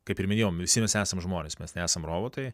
kaip ir minėjau visi mes esam žmonės mes nesam robotai